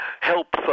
help